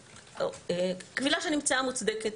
קבילה שנמצאה מוצדקת.